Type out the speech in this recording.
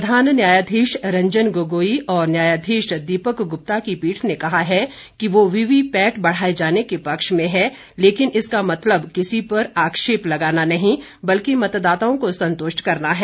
प्रधान न्यायाधीश रंजन गोगोई और न्यायाधीश दीपक गुप्ता की पीठ ने कहा है कि वो वीवीपैट बढाए जाने के पक्ष में है लेकिन इसका मतलब किसी पर आक्षेप लगाना नहीं बल्कि मतदाताओं को संतुष्ट करना है